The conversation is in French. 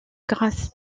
grâce